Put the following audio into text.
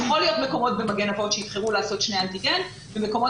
יכולים להיות מקומות במגן אבות שיבחרו לעשות שני אנטיגן ומקומות